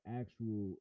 actual